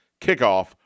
kickoff